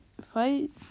fight